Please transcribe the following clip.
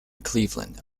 cleveland